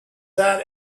that